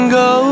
go